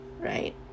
right